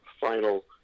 final